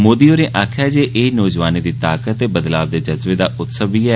मोदी होरें आखेआ जे एह् नौजवानें दी ताकत ते बदलाव दे जज्बे दा उत्सव बी ऐ